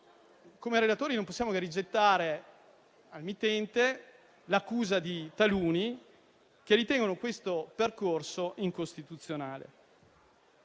Come relatori, quindi, non possiamo che rigettare al mittente l'accusa di taluni che ritengono questo percorso incostituzionale.